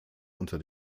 unter